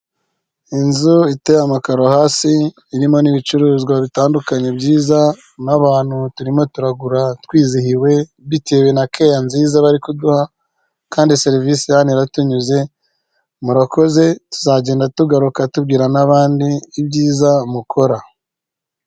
Inzu iteye amakaro hasi irimo n'ibicuruzwa bitandukanye byiza n'abantu turimo turagura twizihiwe, bitewe na keya nziza bari kuduha kandi serivisi hano iratunyuze, murakoze tuzagenda tugaruka tubwira n'abandi ibyiza mukora.